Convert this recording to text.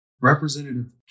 Representative